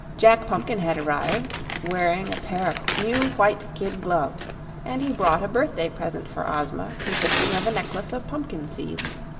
jack pumpkinhead arrived, wearing a pair of new, white kid gloves and he brought a birthday present for ozma consisting of a necklace of pumpkin-seeds.